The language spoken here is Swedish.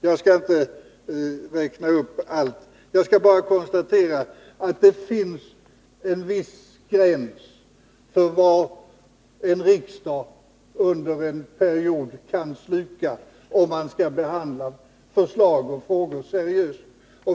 Jag skall inte räkna upp allt. Jag vill bara konstatera att det finns en viss gräns för vad en riksdag under en period kan sluka, om man skall behandla frågorna seriöst.